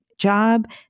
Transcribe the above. Job